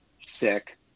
sick